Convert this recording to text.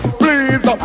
please